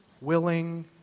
willing